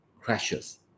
crashes